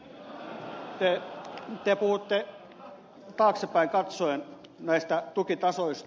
te puhutte taaksepäin katsoen näistä tukitasoista